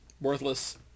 worthless